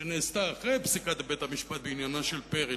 שנעשתה אחרי הפסיקה של בית-המשפט בעניינה של פרי,